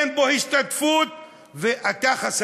אין בו השתקפות,